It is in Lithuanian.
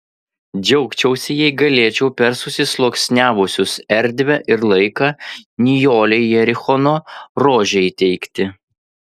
džiaugčiausi jei galėčiau per susisluoksniavusius erdvę ir laiką nijolei jerichono rožę įteikti